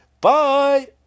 Bye